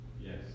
Yes